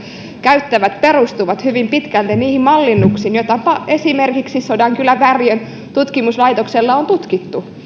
käyttävät perustuu hyvin pitkälti niihin mallinnuksiin joita esimerkiksi sodankylän värriön tutkimuslaitoksella on tutkittu